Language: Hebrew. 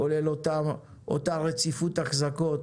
כולל אותה רציפות החזקות